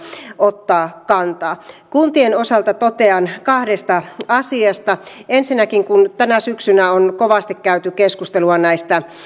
ottaa kantaa kuntien osalta totean kahdesta asiasta ensinnäkin kun tänä syksynä on kovasti käyty keskustelua näistä